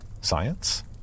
Science